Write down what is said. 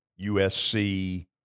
USC